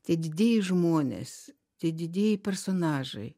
tie didieji žmonės tie didieji personažai